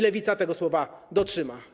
Lewica tego słowa dotrzyma.